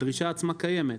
הדרישה עצמה קיימת.